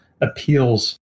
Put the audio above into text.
appeals